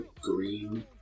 green